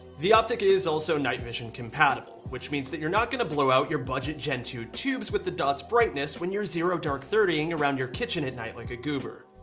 the optic is also night vision compatible which means that you're not gonna blow out your budget gen two tubes with the dot's brightness when you're zero dark thirtying around your kitchen at night like a goober.